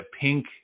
pink